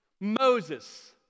Moses